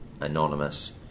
anonymous